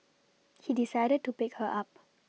he decided to pick her up